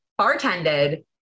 bartended